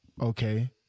Okay